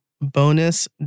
Bonus